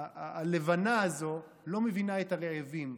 הלבנה הזאת, לא מבינה את הרעבים.